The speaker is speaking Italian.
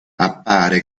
appare